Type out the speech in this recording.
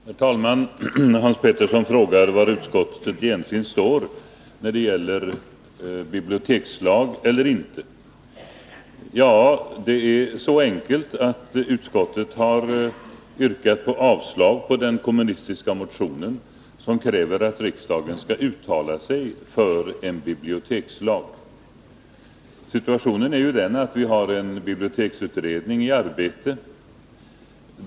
Nr 138 Herr talman! Hans Petersson i Hallstahammar frågar var utskottet Onsdagen den egentligen står när det gäller frågan om en bibliotekslag eller inte. Det är så 13 maj 1981 enkelt att utskottet har föreslagit avslag på den kommunistiska motionen, som kräver att riksdagen skall uttala sig för en bibliotekslag. Situationen är ju den, att vi har en biblioteksutredning i arbete.